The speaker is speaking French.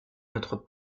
notre